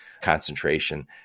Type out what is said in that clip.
concentration